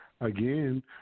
again